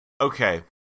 Okay